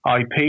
IP